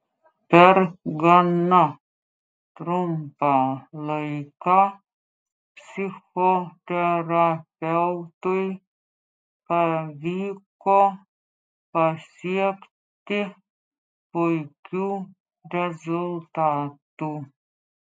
per gana trumpą laiką psichoterapeutui pavyko pasiekti puikių rezultatų